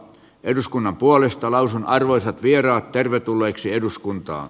eduskunnan puolesta lausun arvoisat vieraat tervetulleiksi eduskuntaan